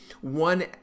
one